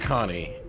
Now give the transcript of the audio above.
Connie